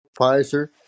Pfizer